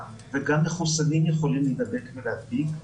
וגם מחוסנים יכולים להידבק ולהדביק,